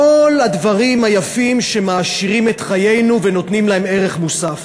כל הדברים היפים שמעשירים את חיינו ונותנים להם ערך מוסף.